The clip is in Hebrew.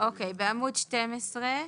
בעמוד 12,